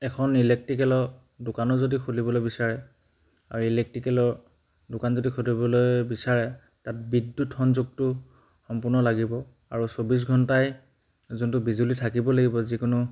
এখন ইলেক্ট্ৰিকেলৰ দোকানো যদি খুলিবলৈ বিচাৰে আৰু ইলেক্ট্ৰিকেলৰ দোকান যদি খুলিবলৈ বিচাৰে তাত বিদ্যুৎ সংযোগটো সম্পূৰ্ণ লাগিব আৰু চৌবিছ ঘণ্টাই যোনটো বিজুলী থাকিব লাগিব যিকোনো